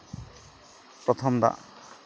ᱯᱨᱚᱛᱷᱚᱢ ᱫᱟᱜ